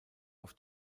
auf